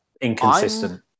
inconsistent